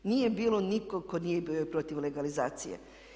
Nije bilo nikog tko nije bio protiv legalizacije.